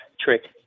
trick